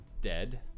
dead